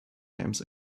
names